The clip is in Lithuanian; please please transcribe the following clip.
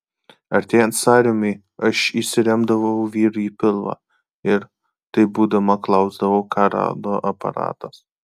artėjant sąrėmiui aš įsiremdavau vyrui į pilvą ir taip būdama klausdavau ką rodo aparatas